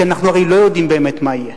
כי הרי אנחנו לא יודעים באמת מה יהיה.